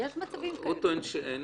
הוא טוען שאין